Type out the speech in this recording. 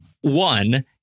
one